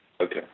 Okay